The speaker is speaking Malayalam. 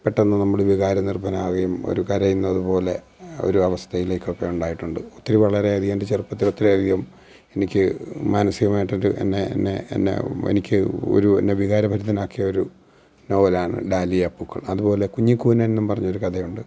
പെട്ടെന്ന് നമ്മൾ വികാരനിർഭനാകുകയും ഒരു കരയുന്നത് പോലെ ഒരു അവസ്ഥയിലേക്കൊക്കെ ഉണ്ടായിട്ടുണ്ട് ഒത്തിരി വളരെ അധികം എൻ്റെ ചെറുപ്പത്തിൽ ഒത്തിരി അധികം എനിക്ക് മാനസികമായിട്ടൊക്കെ എന്നെ എന്നെ എന്നെ എനിക്ക് ഒരു എന്നെ വികാരഭരിതനാക്കിയ ഒരു നോവലാണ് ഡാലിയ പൂക്കൾ അതുപോലെ കുഞ്ഞിക്കൂനൻ എന്ന് പറഞ്ഞ ഒരു കഥയുണ്ട്